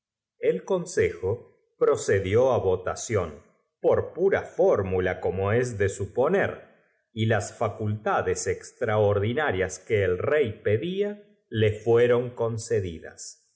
el consejo procedió á votació n por pur fórmula como es de s uponer y las facultades extaordinarias que el rey pedía le fueron concedidas